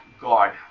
God